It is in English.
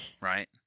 right